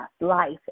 life